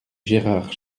gérard